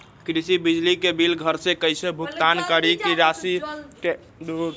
कृषि बिजली के बिल घर से कईसे भुगतान करी की राशि मे हमरा कुछ छूट मिल सकेले?